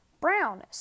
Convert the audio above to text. brown